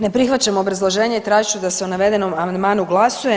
Ne prihvaćam obrazloženje i tažit ću da se o navedenom amandmanu glasuje.